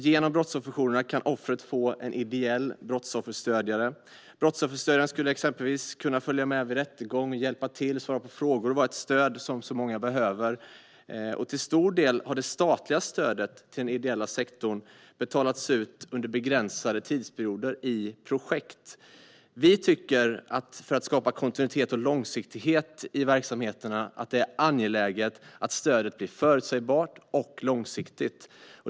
Genom brottsofferjourerna kan offret få en ideell brottsofferstödjare. Brottsofferstödjaren skulle exempelvis kunna följa med vid rättegång, hjälpa till, svara på frågor och vara ett stöd som så många behöver. Till stor del har det statliga stödet till den ideella sektorn betalats ut under begränsade tidsperioder i projekt. För att skapa kontinuitet och långsiktighet i verksamheterna tycker vi att det är angeläget att stödet blir förutsägbart och långsiktigt.